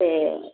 சரி